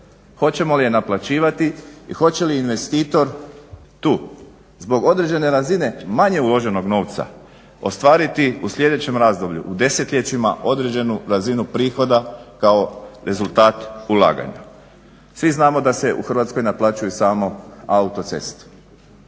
hoćemo li je naplaćivati i hoće li investitor tu zbog određene razine manje uloženog novca ostvariti u sljedećem razdoblju u desetljećima određenu razinu prihoda kao rezultat ulaganja. Svi znamo da se u Hrvatskoj naplaćuju samo autoceste